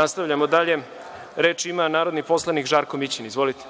nastavljamo dalje. Reč ima narodni poslanik Žarko Mićin. Izvolite.